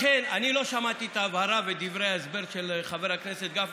לכן אני לא שמעתי את ההבהרה ודברי ההסבר של חבר הכנסת גפני,